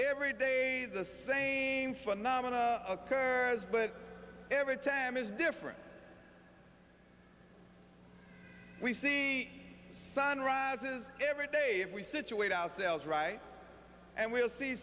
every day the same phenomena occurs but every time is different we see sunrises every day if we situate ourselves right and we'll see